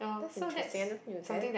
that's interesting I never knew that